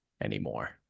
anymore